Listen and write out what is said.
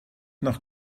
nach